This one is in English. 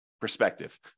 Perspective